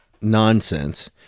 nonsense